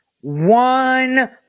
one